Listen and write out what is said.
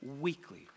weekly